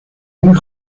muy